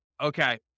Okay